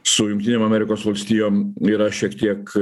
su jungtinėm amerikos valstijom yra šiek tiek